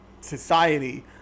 society